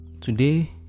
today